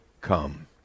come